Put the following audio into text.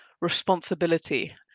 responsibility